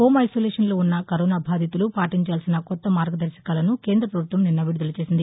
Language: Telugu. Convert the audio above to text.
హోం ఐసోలేషన్లో వున్న కరోనా బాధితులు పాటించాల్సిన కొత్త మార్గదర్భకాలను కేంద్ర ప్రభుత్వం విడుదల చేసింది